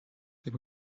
they